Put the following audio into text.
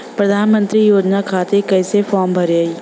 प्रधानमंत्री योजना खातिर कैसे फार्म भराई?